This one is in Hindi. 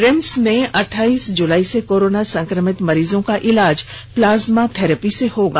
रिम्स में अठाईस जुलाई से कोरोना संक्रमित मरीजों का इलाज प्लाज्मा थेरेपी से होगा